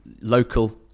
local